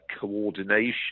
coordination